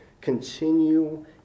continue